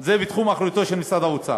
זה בתחום אחריותו של משרד האוצר.